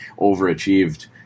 overachieved